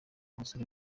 abasore